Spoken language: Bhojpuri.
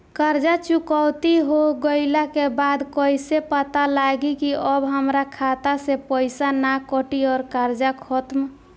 कर्जा चुकौती हो गइला के बाद कइसे पता लागी की अब हमरा खाता से पईसा ना कटी और कर्जा खत्म?